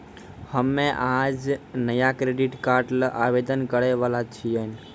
हम्मे आज नया क्रेडिट कार्ड ल आवेदन करै वाला छियौन